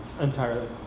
entirely